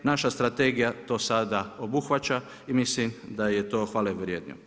Naša strategija to sada obuhvaća i mislim da je to hvale vrijedno.